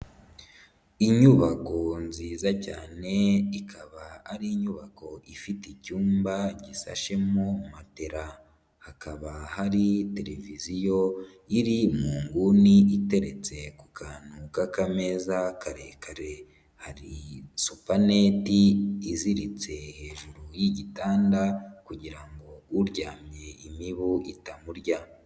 Inyubako nziza cyane, ikaba ari inyubako ifite icyumba gisashemo matela. Hakaba hari televiziyo iri mu nguni iteretse ku kantu k'ameza karekare. Hari supaneti, iziritse hejuru y'gitanda kugira ngo uryamye imibu itamurya.